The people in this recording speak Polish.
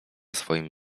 swoim